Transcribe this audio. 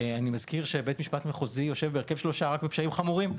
אני אזכיר: בית משפט מחוזי יושב בהרכב של שלושה רק במקרים החמורים,